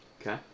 Okay